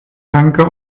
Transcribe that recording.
tanker